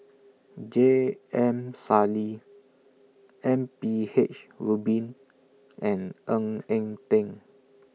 J M Sali M B H Rubin and Ng Eng Teng